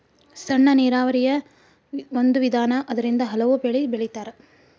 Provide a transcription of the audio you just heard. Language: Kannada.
ಸಣ್ಣ ನೇರಾವರಿನು ಒಂದ ವಿಧಾನಾ ಅದರಿಂದ ಹಲವು ಬೆಳಿ ಬೆಳಿತಾರ